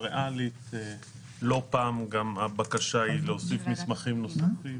ריאלית לא פעם הבקשה היא להוסיף מסמכים נוספים.